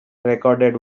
recorded